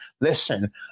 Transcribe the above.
Listen